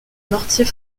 mortier